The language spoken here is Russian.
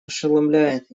ошеломляет